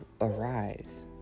arise